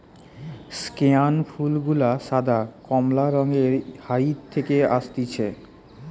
স্কেয়ান ফুল গুলা সাদা, কমলা রঙের হাইতি থেকে অসতিছে